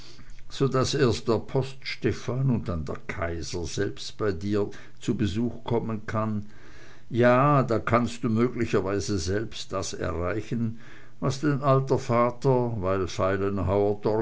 so daß erst der post stephan und dann der kaiser selbst bei dir zu besuch kommen kann ja da kannst du möglicherweise selbst das erreichen was dein alter vater weil